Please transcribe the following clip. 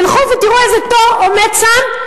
תלכו ותראו איזה תור עומד שם,